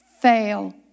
fail